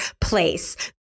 place